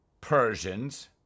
Persians